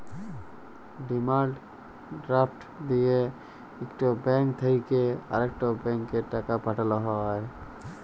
demand draft দিঁয়ে ইকট bank থ্যাইকে আরেকট ব্যাংকে টাকা পাঠাল হ্যয়